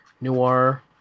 Noir